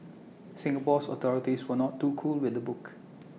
Singapore's authorities were not too cool with the book